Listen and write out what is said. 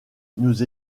nous